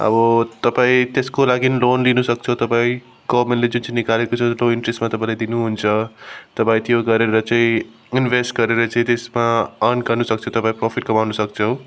अब तपाईँ त्यसको लागि लोन लिनु सक्छ तपाईँ गर्मेनले जुन चाहिँ निकालेको छ लो इन्ट्रेसमा तपाईँलाई दिनु हुन्छ तपाईँ त्यो गरेर चाहिँ इन्भेस्ट गरेर चाहिँ त्यसमा अर्न गर्नु सक्छ तपाईँ प्रोफिट कमाउन सक्छौँ